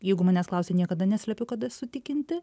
jeigu manęs klausia niekada neslepiu kad esu tikinti